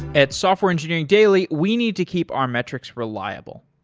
at software engineering daily we need to keep our metrics reliable.